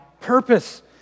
purpose